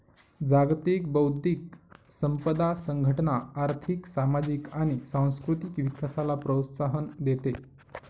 जागतिक बौद्धिक संपदा संघटना आर्थिक, सामाजिक आणि सांस्कृतिक विकासाला प्रोत्साहन देते